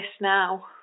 now